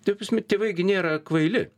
ta prasme tėvai gi nėra kvaili